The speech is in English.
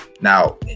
Now